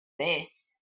this